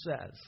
says